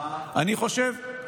אני חושב,